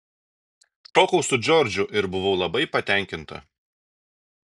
šokau su džordžu ir buvau labai patenkinta